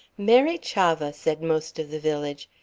mary chavah! said most of the village,